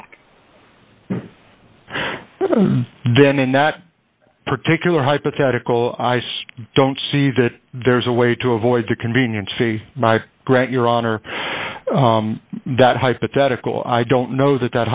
check then in that particular hypothetical i don't see that there's a way to avoid the convenience of a my grant your honor that hypothetical i don't know that